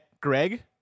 Greg